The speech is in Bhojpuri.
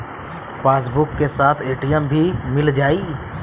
पासबुक के साथ ए.टी.एम भी मील जाई?